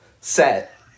set